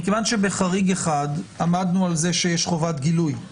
מכיוון שבחריג אחד עמדנו על זה שיש חובת גילוי.